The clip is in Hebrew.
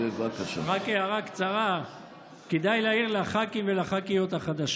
מהיום עד מוחרתיים תצרחי.